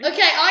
Okay